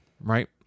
right